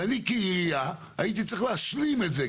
ואני כעירייה הייתי צריך להשלים את זה,